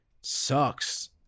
sucks